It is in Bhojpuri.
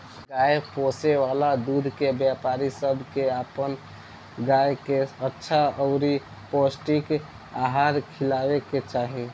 गाय पोसे वाला दूध के व्यापारी सब के अपन गाय के अच्छा अउरी पौष्टिक आहार खिलावे के चाही